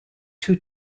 two